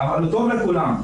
הוא טוב לכולם.